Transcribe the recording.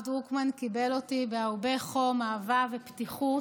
הרב דרוקמן קיבל אותי בהרבה חום, אהבה ופתיחות,